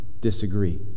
disagree